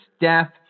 death